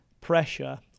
pressure